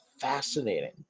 fascinating